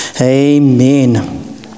amen